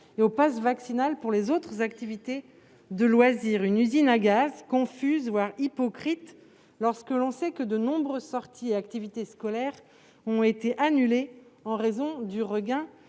et au passe vaccinal pour les autres activités de loisir. C'est une usine à gaz, un dispositif confus, voire hypocrite, lorsque l'on sait que de nombreuses sorties et activités scolaires ont été annulées en raison du regain